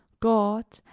god,